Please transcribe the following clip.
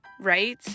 right